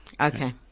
Okay